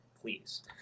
please